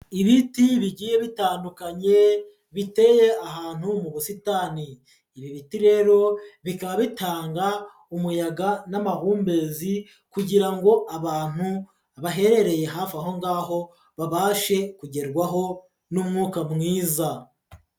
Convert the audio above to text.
Ibiti bigiye bitandukanye biteye ahantu mu busitani. Ibi biti rero bikaba bitanga umuyaga n'amahumbezi kugira ngo abantu baherereye hafi aho ngaho babashe kugerwaho n'umwuka mwiza.